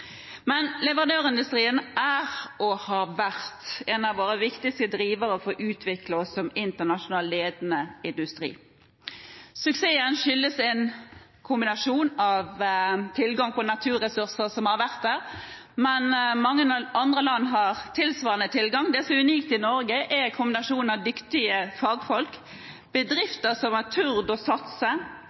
men i dag begynner også de som er fast ansatt, å kjenne på hvilket trusselbilde de står overfor. Leverandørindustrien er og har vært en av våre viktigste drivere for å utvikle oss som internasjonal ledende industri. Suksessen skyldes bl.a. tilgang på naturressurser som har vært der. Mange andre land har tilsvarende tilgang, men det som er unikt i Norge, er kombinasjonen av dyktige fagfolk, bedrifter